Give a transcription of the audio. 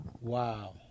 Wow